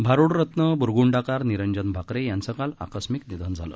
भारूडरत्न ब्रगूंडाकार निरंजन भाकरे यांचं काल आकस्मिक निधन झालं